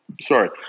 Sorry